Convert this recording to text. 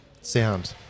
sound